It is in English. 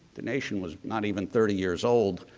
the nation was not even thirty years old.